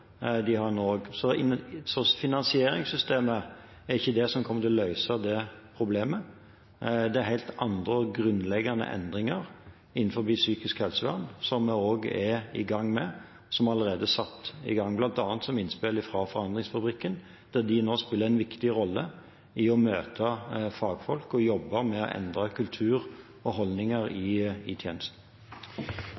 har en nå også. Finansieringssystemet er ikke det som kommer til å løse det problemet. Det er helt andre og grunnleggende endringer innenfor psykisk helsevern som allerede er satt i gang, bl.a. etter innspill fra Forandringsfabrikken. De spiller nå en viktig rolle i å møte fagfolk og jobbe med å endre kultur og holdninger i